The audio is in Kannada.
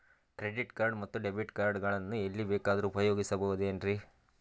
ಕ್ರೆಡಿಟ್ ಕಾರ್ಡ್ ಮತ್ತು ಡೆಬಿಟ್ ಕಾರ್ಡ್ ಗಳನ್ನು ಎಲ್ಲಿ ಬೇಕಾದ್ರು ಉಪಯೋಗಿಸಬಹುದೇನ್ರಿ?